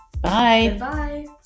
Bye